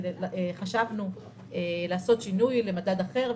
חשבנו לעשות שינוי למדד אחר,